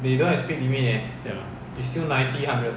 ya